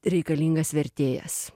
reikalingas vertėjas